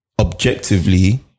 objectively